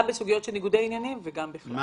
גם מבחינת ניגוד עניינים וגם --?